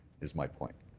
is my point.